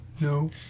no